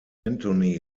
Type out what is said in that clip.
anthony